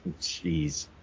Jeez